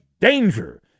danger